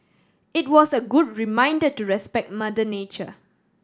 it was a good reminder to respect mother nature